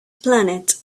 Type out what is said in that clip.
planet